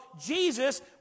Jesus